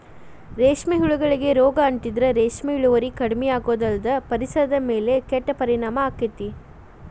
ರೇಷ್ಮೆ ಹುಳಗಳಿಗೆ ರೋಗ ಅಂಟಿದ್ರ ರೇಷ್ಮೆ ಇಳುವರಿ ಕಡಿಮಿಯಾಗೋದಲ್ದ ಪರಿಸರದ ಮೇಲೂ ಕೆಟ್ಟ ಪರಿಣಾಮ ಆಗ್ತೇತಿ